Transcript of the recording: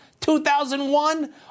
2001